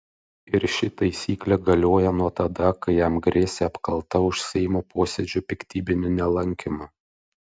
ir ši taisyklė galioja nuo tada kai jam grėsė apkalta už seimo posėdžių piktybinį nelankymą